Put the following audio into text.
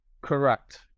Correct